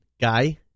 guy